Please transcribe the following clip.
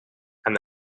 and